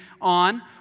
on